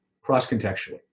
cross-contextually